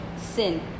sin